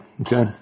okay